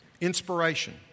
Inspiration